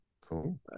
Cool